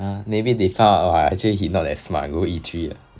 !huh! maybe they found out oh ah actually he not as smart ah go e three ah